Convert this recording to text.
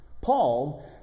Paul